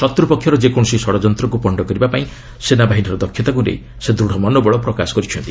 ଶତ୍ରପକ୍ଷର ଯେକୌଣସି ଷଡ଼ଯନ୍ତ୍ରକୁ ପଣ୍ଡ କରିବାପାଇଁ ସେନାବାହିନୀର ଦକ୍ଷତାକୁ ନେଇ ସେ ଦୂଢ଼ ମନୋବଳ ପ୍ରକାଶ କରିଛନ୍ତି